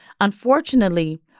unfortunately